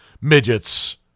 midgets